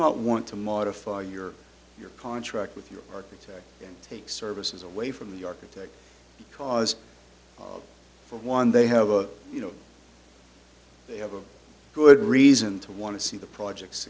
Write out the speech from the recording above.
not want to modify your your contract with your architect and take services away from the architect because for one they have a you know they have a good reason to want to see the project